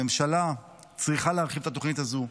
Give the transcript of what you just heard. הממשלה צריכה להרחיב את התוכנית הזו,